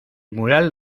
mural